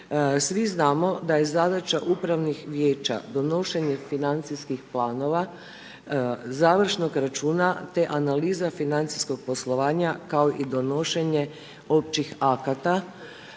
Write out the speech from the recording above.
Svi znamo da je zadaća upravnih vijeća donošenje financijskih planova, završnog računa, te analiza financijskog poslovanja kao i donošenje općih akata,